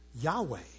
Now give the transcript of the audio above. Yahweh